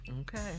Okay